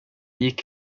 gick